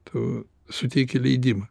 tu suteiki leidimą